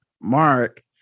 Mark